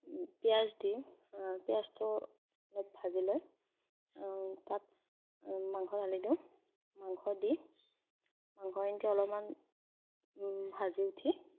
পিঁয়াজ দিওঁ পিঁয়াজটো অলপ ভাজি লৈ তাত মাংস ঢালি দিওঁ মাংস দি মাংসখিনিতে অলপমান ভাজি উঠি